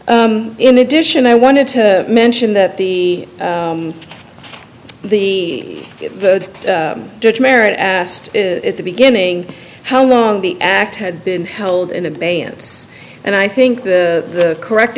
y in addition i wanted to mention that the the the judge merit asked at the beginning how long the act had been held in abeyance and i think the correct